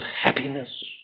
happiness